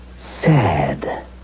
Sad